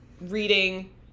reading